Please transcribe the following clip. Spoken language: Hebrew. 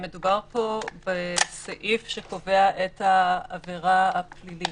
מדובר פה בסעיף שקובע את העבירה הפלילית.